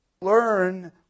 Learn